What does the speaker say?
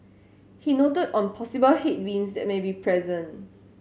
he noted on possible headwinds that may be present